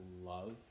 love